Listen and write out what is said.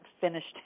finished